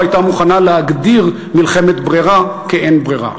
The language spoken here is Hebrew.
הייתה מוכנה להגדיר מלחמת ברירה כאין ברירה.